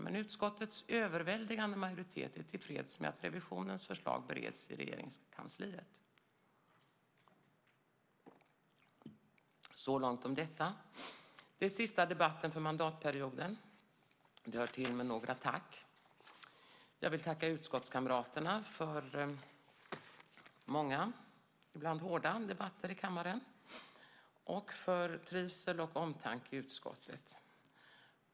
Men utskottets överväldigande majoritet är till freds med att Riksrevisionens förslag bereds i Regeringskansliet. Så långt om detta. Det är försvarsutskottets sista debatt för mandatperioden, och det hör till med några tack. Jag vill tacka utskottskamraterna för många och ibland hårda debatter i kammaren och för trivsel och omtanke i utskottet.